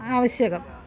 आवश्यकम्